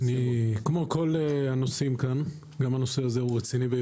כמו כל הנושאים כאן, גם הנושא הזה הוא רציני.